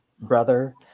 brother